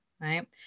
right